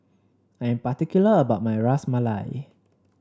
I'm particular about my Ras Malai